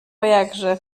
jakże